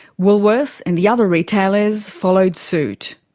woolworths and the other retailers followed suit.